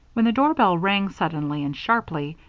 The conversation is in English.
when the doorbell rang suddenly and sharply,